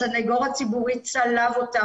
הסנגור הציבורי צלב אותה,